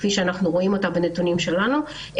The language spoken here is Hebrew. כפי שאנחנו רואים בנתונים שלנו.